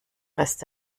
rest